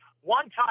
One-time